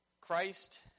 Christ